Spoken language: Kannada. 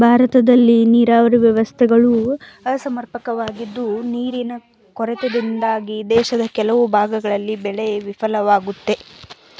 ಭಾರತದಲ್ಲಿ ನೀರಾವರಿ ವ್ಯವಸ್ಥೆಗಳು ಅಸಮರ್ಪಕವಾಗಿದ್ದು ನೀರಿನ ಕೊರತೆಯಿಂದಾಗಿ ದೇಶದ ಕೆಲವು ಭಾಗಗಳಲ್ಲಿ ಬೆಳೆ ವಿಫಲವಾಗಯ್ತೆ